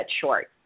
short